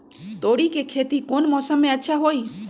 तोड़ी के खेती कौन मौसम में अच्छा होई?